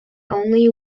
only